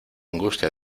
angustia